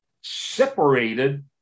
separated